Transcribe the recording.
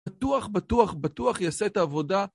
בטוח, בטוח, בטוח יעשה את העבודה.